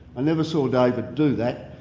i never saw david do that,